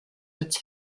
its